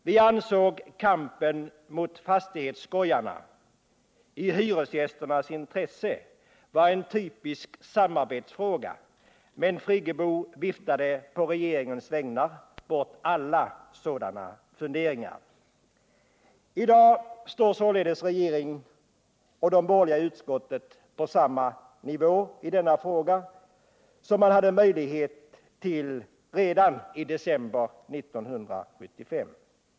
Vi ansåg kampen mot fastighetsskojarna - i hyresgästernas intresse — vara en typisk samarbetsfråga, men Birgit Friggebo viftade på regeringens vägnar bort alla sådana funderingar. I dag står således regeringen och de borgerliga i utskottet på samma nivå i denna fråga som man hade möjlighet att befinna sig på redan i december 1975.